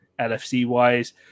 LFC-wise